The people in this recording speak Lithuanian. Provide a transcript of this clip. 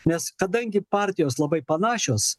nes kadangi partijos labai panašios